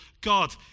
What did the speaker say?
God